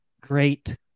great